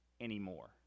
anymore